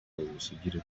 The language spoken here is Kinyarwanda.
ubusugire